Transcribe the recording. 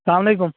السلام علیکُم